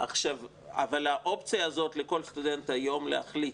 אבל האופציה הזאת לכל סטודנט היום להחליט,